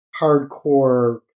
hardcore